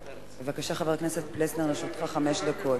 בבקשה, חבר הכנסת פלסנר, לרשותך חמש דקות.